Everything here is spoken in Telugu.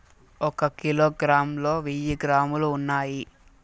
ఒక కిలోగ్రామ్ లో వెయ్యి గ్రాములు ఉన్నాయి